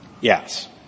Yes